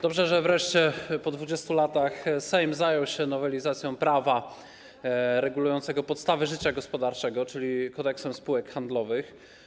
Dobrze, że wreszcie po 20 latach Sejm zajął się nowelizacją prawa regulującego podstawy życia gospodarczego, czyli Kodeksem spółek handlowych.